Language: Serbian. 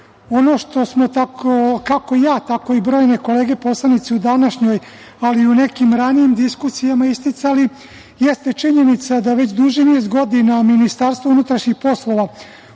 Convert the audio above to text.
Ono što smo kako ja, tako i brojne kolege poslanici u današnjoj, ali i u nekim ranijim diskusijama isticali jeste činjenica da već duži niz godina Ministarstvo unutrašnjih poslova